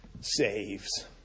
saves